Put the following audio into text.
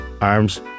arms